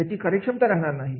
त्याची कार्यक्षमता राहणार नाही